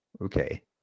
okay